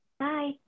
Hi